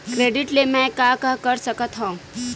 Credit ले मैं का का कर सकत हंव?